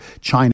China